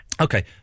Okay